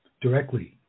directly